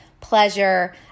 pleasure